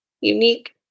unique